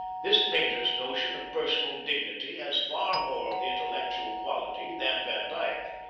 this painter's notion of personal dignity has far more of the intellectual quality than van dyck.